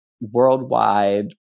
worldwide